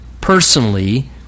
personally